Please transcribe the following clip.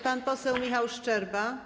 Pan poseł Michał Szczerba.